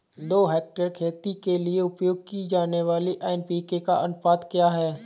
दो हेक्टेयर खेती के लिए उपयोग की जाने वाली एन.पी.के का अनुपात क्या है?